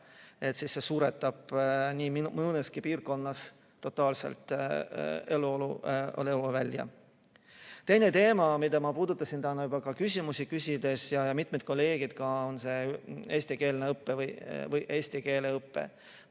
siis see suretab nii mõneski piirkonnas eluolu totaalselt välja. Teine teema, mida mina puudutasin täna juba küsimusi küsides ja mitmed kolleegid ka, on eestikeelne õpe või eesti keele õpe.